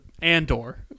Andor